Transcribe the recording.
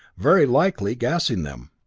very likely gassing them.